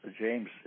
James